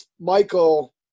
Michael